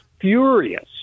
furious